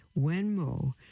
Wenmo